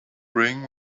bring